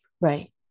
right